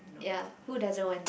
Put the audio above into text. ya who doesn't want that